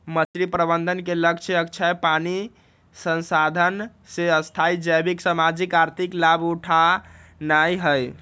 मछरी प्रबंधन के लक्ष्य अक्षय पानी संसाधन से स्थाई जैविक, सामाजिक, आर्थिक लाभ उठेनाइ हइ